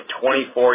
24